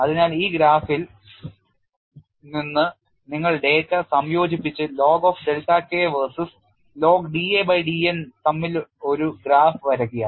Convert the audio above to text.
അതിനാൽ ഈ ഗ്രാഫിൽ നിന്ന് നിങ്ങൾ ഡാറ്റ സംയോജിപ്പിച്ച് log of delta K versus log da by dN തമ്മിൽ ഒരു ഗ്രാഫ് വരക്കുക